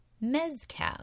Mezcal